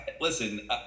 listen